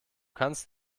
kannst